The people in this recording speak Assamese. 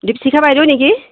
দ্বীপশিখা বাইদেউ নেকি